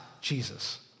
Jesus